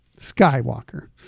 Skywalker